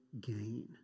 gain